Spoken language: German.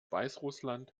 weißrussland